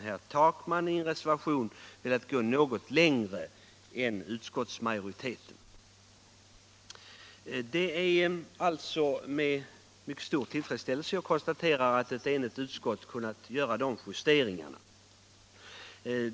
herr Takman i en reservation velat gå litet längre än utskottsmajoriteten. Det är alltså med mycket stor tillfredsställelse jag konstaterar att ett enigt utskott har kunnat göra dessa justeringar.